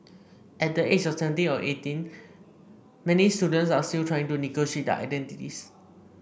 at the age of seventeen or eighteen many students are still trying to negotiate their identities